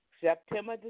September